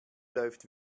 läuft